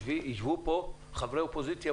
ישבו פה חברי אופוזיציה,